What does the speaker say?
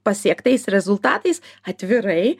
pasiektais rezultatais atvirai